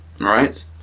Right